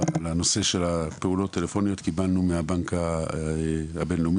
בנושא פעולות טלפוניות קיבלנו מהבנק הבינלאומי,